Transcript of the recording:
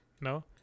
no